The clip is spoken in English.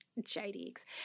JDX